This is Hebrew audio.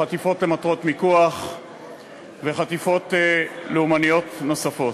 חטיפות למטרות מיקוח וחטיפות לאומניות נוספות.